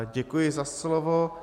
Děkuji za slovo.